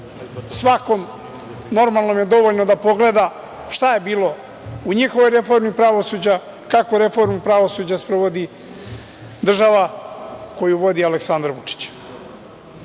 Svakom normalnom je dovoljno da pogleda šta je bilo u njihovoj reformi pravosuđa, kakvu reformu pravosuđa sprovodi država koju vodi Aleksandar Vučić. Samo